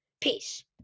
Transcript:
Peace